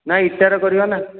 ନାଁ ଇଟାରେ କରିବା ନା